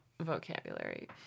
vocabulary